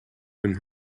hun